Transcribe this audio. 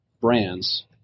brands